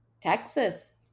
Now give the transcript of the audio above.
Texas